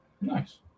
Nice